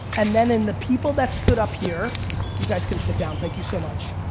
and then in the people that stood up here, you guys can sit down, thank you so much,